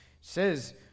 says